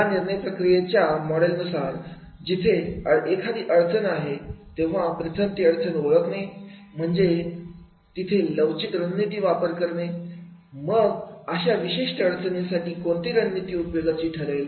या निर्णय प्रक्रियेच्या मॉडेल नुसार जिथे एखादी अडचण आहे तेव्हा प्रथम ती अडचण ओळखणे म्हणजे तिथे लवचिक राजनीति वापर मे मग अशा विशिष्ट अडचणीसाठी कोणती रणनीती उपयोगाची ठरेल